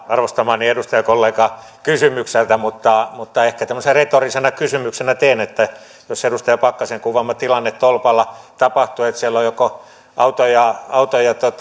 arvostamaani edustajakollegaa kysymykseltä mutta mutta ehkä tämmöisenä retorisena kysymyksenä jos edustaja pakkasen kuvaama tilanne tolpalla tapahtuu että siellä on joko autoja autoja